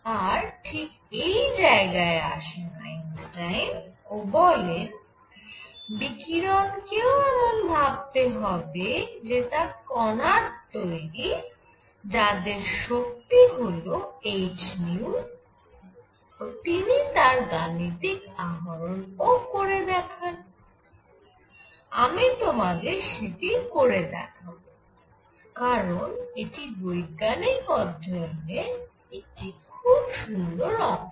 আর ঠিক এই জায়গায় আসেন আইনস্টাইন ও বলেন বিকিরণ কেও এমন ভাবতে হবে যে তা কণার তৈরি যাদের শক্তি হল h ও তিনি তার গাণিতিক আহরণ ও করে দেখান আমি তোমাদের সেটি করে দেখাব কারণ এটি বৈজ্ঞানিক অধ্যয়নের একটি খুব সুন্দর অংশ